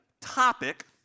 topic